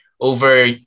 Over